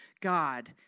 God